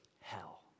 hell